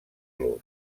los